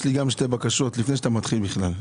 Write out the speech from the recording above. גם לי יש שתי בקשות לפני שאתה מתחיל אחת,